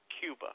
Cuba